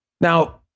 Now